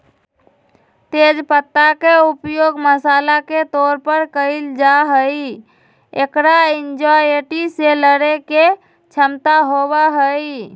तेज पत्ता के उपयोग मसाला के तौर पर कइल जाहई, एकरा एंजायटी से लडड़े के क्षमता होबा हई